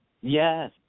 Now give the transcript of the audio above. Yes